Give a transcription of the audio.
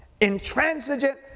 intransigent